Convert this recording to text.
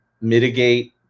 mitigate